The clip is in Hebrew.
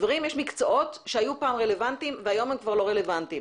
יש מקצועות שהיו פעם רלוונטיים והיום הם כבר לא רלוונטיים.